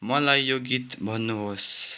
मलाई यो गीत भन्नुहोस्